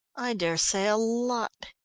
i dare say a lot,